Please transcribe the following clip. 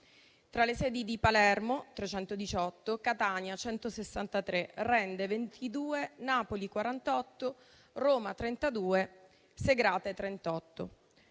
tra le sedi di Palermo (318), Catania (163), Rende (22), Napoli (48), Roma (32), Segrate (38).